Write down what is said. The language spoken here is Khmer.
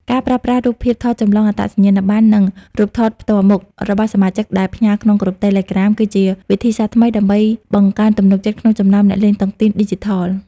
ការប្រើប្រាស់ "រូបភាពថតចម្លងអត្តសញ្ញាណប័ណ្ណ" និង "រូបថតផ្ទាល់មុខ" របស់សមាជិកដែលផ្ញើក្នុងក្រុម Telegram គឺជាវិធីសាស្ត្រថ្មីដើម្បីបង្កើនទំនុកចិត្តក្នុងចំណោមអ្នកលេងតុងទីនឌីជីថល។